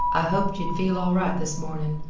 i hoped ye'd feel all right this mornin'.